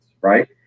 right